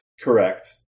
Correct